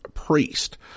priest